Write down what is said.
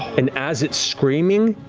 and as it's screaming,